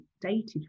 dated